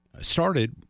started